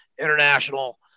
international